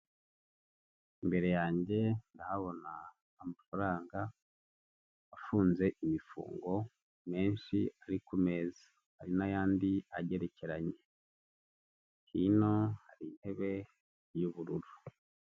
Imbere yanjye ndahabona amafaranga afunze imifungo, menshi ari ku meza hari n'ayandi agerekeranye hino hari intebe y'ubururu.